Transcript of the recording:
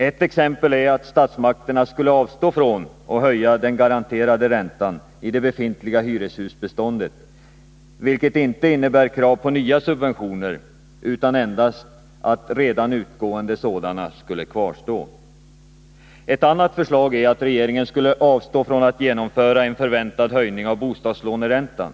Ett exempel är att statsmakterna skulle avstå från att höja den garanterade räntan i det befintliga hyreshusbeståndet, vilket inte innebär krav på nya subventioner utan endast att redan förekommande sådana skulle kvarstå. Ett annat förslag är att regeringen skulle avstå ifrån att genomföra en förväntad höjning av bostadslåneräntan.